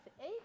eight